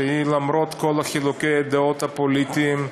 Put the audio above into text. שלמרות כל חילוקי הדעות הפוליטיים,